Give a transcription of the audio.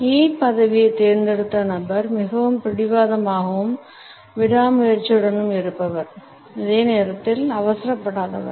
E பதவியைத் தேர்ந்தெடுத்த நபர் மிகவும் பிடிவாதமாகவும் விடாமுயற்சியுடனும் இருப்பவர் அதே நேரத்தில் அவசரப்படாதவர்